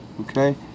okay